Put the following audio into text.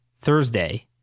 Thursday